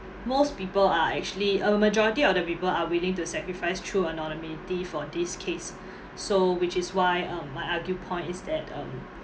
most people are actually a majority of the people are willing to sacrifice through anonymity for this case so which is why um my argue point is that um